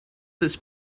this